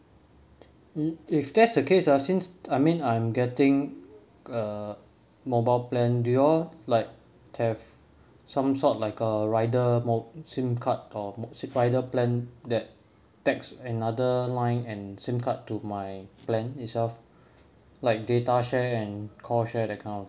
if that's the case ah since I'm mean I'm getting a mobile plan do you all like have some sort like a rider mo~ SIM card or rider plan that tags another line and SIM card to my plan itself like data share and call share that kind of